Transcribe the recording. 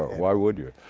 why would you?